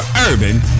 urban